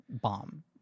bomb